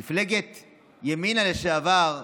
מפלגת ימינה לשעבר,